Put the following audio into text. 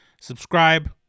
subscribe